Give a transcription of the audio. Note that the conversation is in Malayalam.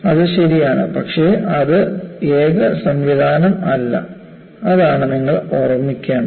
അത് ശരിയാണ് പക്ഷേ അത് ഏക സംവിധാനം അല്ല അതാണ് നിങ്ങൾ ഓർമ്മിക്കേണ്ടത്